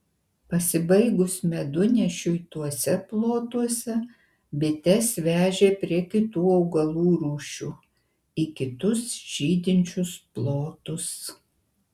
pasibaigus medunešiui tuose plotuose bites vežė prie kitų augalų rūšių į kitus žydinčius plotus